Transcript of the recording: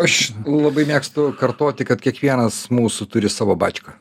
aš labai mėgstu kartoti kad kiekvienas mūsų turi savo bačką